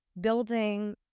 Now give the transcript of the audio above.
building